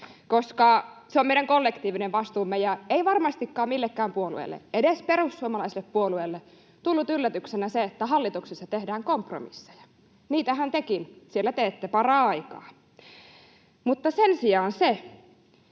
koska se on meidän kollektiivinen vastuumme, ja ei varmastikaan millekään puolueelle, edes perussuomalaiselle puolueelle, tullut yllätyksenä se, että hallituksessa tehdään kompromisseja, niitähän tekin siellä teette paraikaa. Mutta sen sijaan se